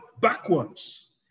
backwards